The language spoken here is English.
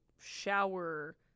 shower